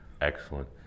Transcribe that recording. Excellent